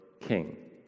king